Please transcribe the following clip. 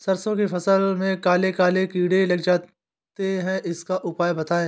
सरसो की फसल में काले काले कीड़े लग जाते इसका उपाय बताएं?